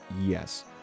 yes